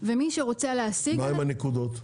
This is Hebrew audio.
ומי שרוצה להסיג --- מה עם הנקודות?